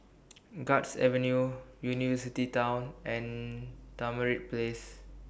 Guards Avenue University Town and Tamarind Place